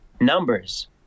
numbers